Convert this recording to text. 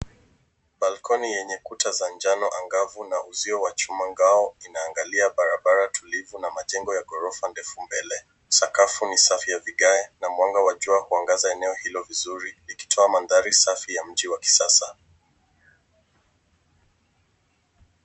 Balkoni yenye kuta za jano angavu na uzio wa chuma ngao inaangalia barabara tulivu na majengo ya ghorofa ndefu mbele. Sakafu ni safi ya vigae, na mwanga wa jua huangaza eneo hilo vizuri. Likitoa mandhari safi ya mji wa kisasa."